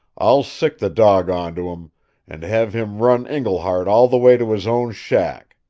i'll sick the dog onto him and have him run iglehart all the way to his own shack!